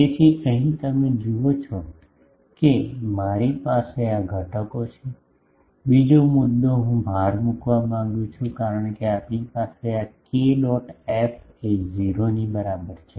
તેથી અહીં તમે જુઓ છો કે મારી પાસે આ ઘટકો છે બીજો મુદ્દો હું ભાર મૂકવા માંગુ છું કારણ કે આપણી પાસે આ k ડોટ એફ એ 0 ની બરાબર છે